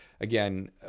again